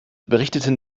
berichteten